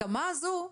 ההסכמה הזו,